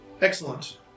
excellent